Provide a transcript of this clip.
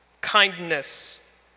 kindness